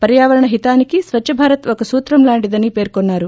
పర్యావరణ హితానికి స్వచ్చభారత్ ఒక సూత్రం లాంటిదని పేర్కొన్నారు